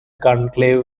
conclave